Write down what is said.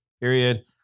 Period